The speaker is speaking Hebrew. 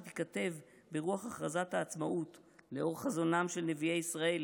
שתיכתב ברוח הכרזת העצמאות לאור חזונם של נביאי ישראל